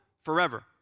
forever